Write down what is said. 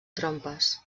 trompes